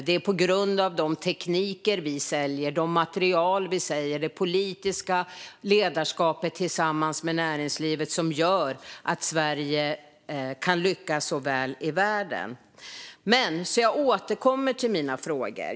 Det är de tekniker och material vi säljer, och det politiska ledarskapet tillsammans med näringslivet, som gör att Sverige kan lyckas så väl i världen. Jag återkommer alltså till mina frågor.